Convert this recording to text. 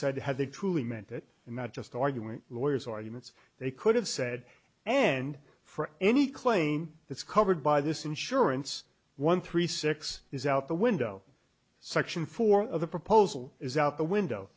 said had they truly meant it and not just argument lawyers arguments they could have said and for any claim that's covered by this insurance one three six is out the window section four of the proposal is out the window